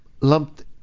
lumped